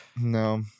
No